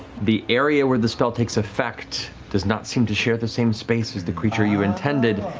the area where the spell takes effect does not seem to share the same space as the creature you intended,